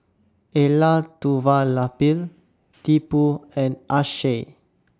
Elattuvalapil Tipu and Akshay